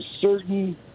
certain